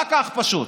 רק ההכפשות.